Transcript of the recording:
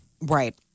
Right